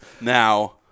Now